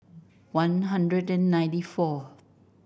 One Hundred and ninety four